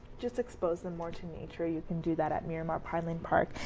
just expose them more to nature, you can do that at miramar pineland park.